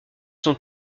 sont